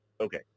Okay